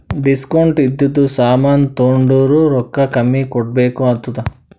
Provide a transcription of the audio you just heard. discount ಇದ್ದಿದು ಸಾಮಾನ್ ತೊಂಡುರ್ ರೊಕ್ಕಾ ಕಮ್ಮಿ ಕೊಡ್ಬೆಕ್ ಆತ್ತುದ್